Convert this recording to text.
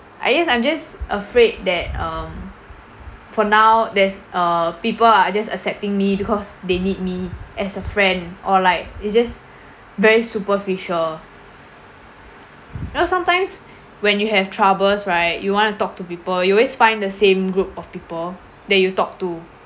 I guess I'm just afraid that um for now that's uh people are just accepting me because they need me as a friend or like it's just very superficial you know sometimes when you have troubles right you want to talk to people you always find the same group of people that you talk to